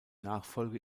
nachfolge